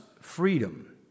freedom